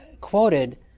quoted